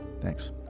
Thanks